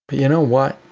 but you know what?